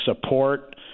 support